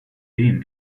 team